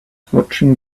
watching